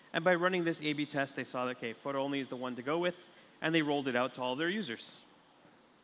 and by running this a b test they saw like that photo only is the one to go with and they rolled it out to all their users.